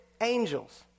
angels